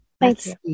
Thanks